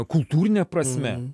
kultūrine prasme